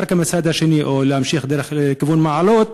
לירכא מהצד השני או להמשיך בדרך לכיוון מעלות,